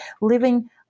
living